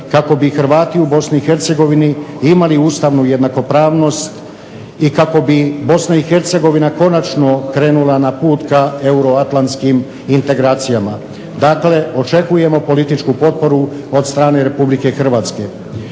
kako bi Hrvati u Bosni i Hercegovini imali ustavnu jednakopravnost i kako bi Bosna i Hercegovina konačno krenula na put ka euroatlantskim integracijama. Dakle očekujemo političku potporu od strane Republike Hrvatske.